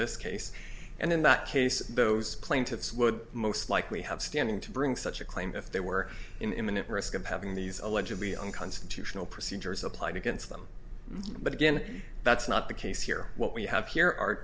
this case and in that case those plaintiffs would most likely have standing to bring such a claim if they were in imminent risk of having these allegedly unconstitutional procedures applied against them but again that's not the case here what we have here are